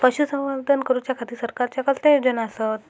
पशुसंवर्धन करूच्या खाती सरकारच्या कसल्या योजना आसत?